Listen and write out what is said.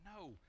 no